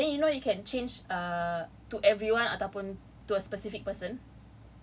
mm then you know you can change err to everyone ataupun to a specific person